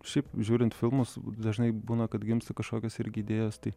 šiaip žiūrint filmus dažnai būna kad gimsta kažkokios irgi idėjos tai